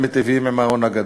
הם מיטיבים עם ההון הגדול,